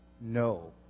No